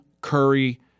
Curry